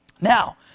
Now